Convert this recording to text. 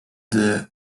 the